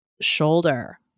shoulder